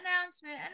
announcement